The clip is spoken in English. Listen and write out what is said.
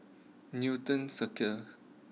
Newton